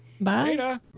Bye